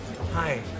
Hi